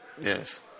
yes